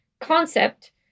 concept